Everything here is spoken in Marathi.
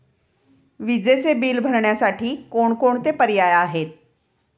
विजेचे बिल भरण्यासाठी कोणकोणते पर्याय आहेत?